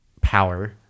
power